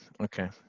okay